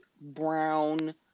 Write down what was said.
brown